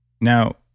Now